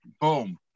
Boom